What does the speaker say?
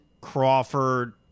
Crawford